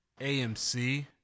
AMC